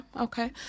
okay